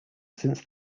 since